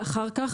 ואחר כך,